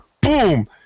boom